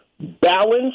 balance